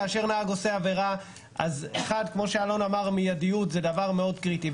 כאשר נהג עושה עבירה אז מיידיות היא דבר מאוד קריטי,